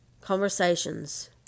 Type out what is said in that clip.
conversations